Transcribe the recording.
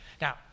Now